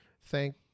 Thank